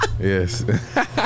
Yes